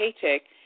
paycheck